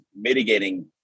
mitigating